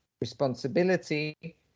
responsibility